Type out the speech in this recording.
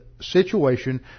situation